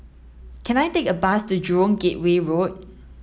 can I take a bus to Jurong Gateway Road